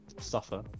suffer